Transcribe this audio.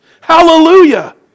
Hallelujah